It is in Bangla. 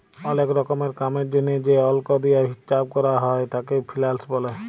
ওলেক রকমের কামের জনহে যে অল্ক দিয়া হিচ্চাব ক্যরা হ্যয় তাকে ফিন্যান্স ব্যলে